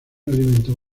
alimento